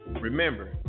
remember